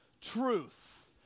truth